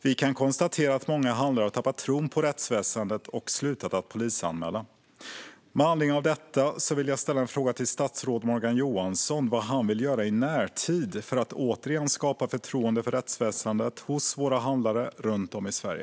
Vi kan konstatera att många handlare har tappat tron på rättsväsendet och slutat att polisanmäla. Med anledning av detta vill jag fråga statsrådet Morgan Johansson vad han vill göra i närtid för att återigen skapa förtroende för rättsväsendet hos våra handlare runt om i Sverige.